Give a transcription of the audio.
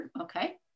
okay